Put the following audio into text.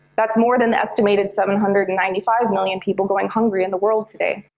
that's more than the estimated seven hundred and ninety five million people going hungry in the world today.